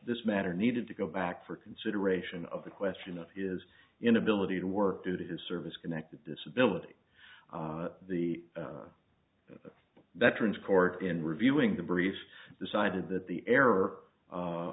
this matter needed to go back for consideration of the question of his inability to work due to his service connected disability the veterans court in reviewing the briefs decided that the error